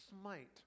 Smite